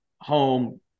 home